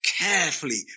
carefully